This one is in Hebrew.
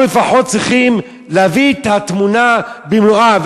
אנחנו לפחות צריכים להביא את התמונה במלואה,